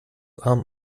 arm